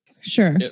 sure